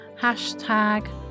hashtag